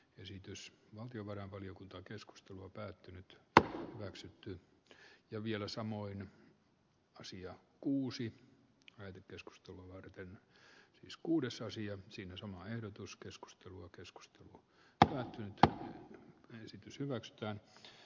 esitys valtiovarainvaliokunta keskustelu on päättynyt hyväksytyt ja vielä samoin kosia kuusi käyty keskustelua varten keskuudessa asia sinänsä haihdutuskeskustelua keskusta mutta nyt esitys hyväksytään e